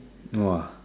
!wah!